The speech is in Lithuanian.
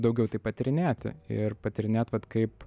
daugiau tai patyrinėti ir patyrinėt vat kaip